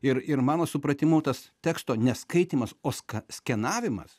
ir ir mano supratimu tas teksto neskaitymas o ska skenavimas